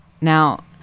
Now